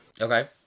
Okay